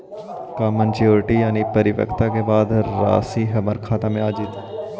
का मैच्यूरिटी यानी परिपक्वता के बाद रासि हमर खाता में आ जइतई?